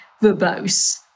verbose